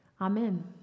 Amen